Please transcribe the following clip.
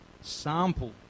sample